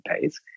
pays